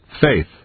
Faith